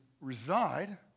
reside